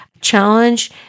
challenge